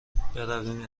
برویم